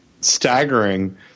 staggering